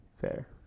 Fair